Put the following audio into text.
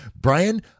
Brian